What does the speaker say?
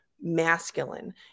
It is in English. masculine